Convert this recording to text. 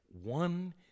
one